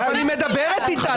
היא מדברת איתה.